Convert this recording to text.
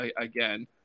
again